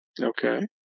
Okay